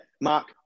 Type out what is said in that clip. mark